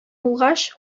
булгач